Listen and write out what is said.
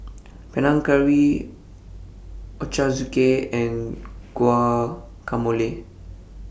Panang Curry Ochazuke and Guacamole